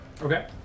Okay